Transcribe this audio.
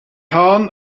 hahn